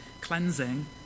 cleansing